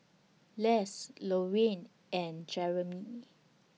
Les Lorraine and Jeramy